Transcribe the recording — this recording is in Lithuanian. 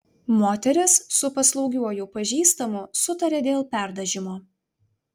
moteris su paslaugiuoju pažįstamu sutarė dėl perdažymo